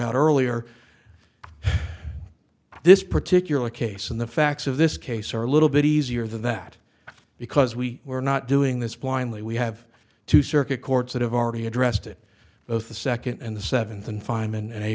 out earlier this particular case and the facts of this case are a little bit easier than that because we were not doing this blindly we have to circuit courts that have already addressed it both the second and the seventh and final and a